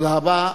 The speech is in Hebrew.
תודה רבה.